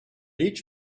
each